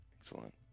Excellent